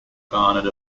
garnered